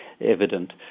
evident